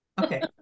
okay